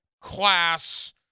class